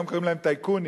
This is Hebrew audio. היום קוראים להם טייקונים,